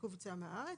עיכוב יציאה מן הארץ.